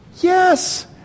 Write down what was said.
yes